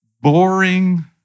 Boring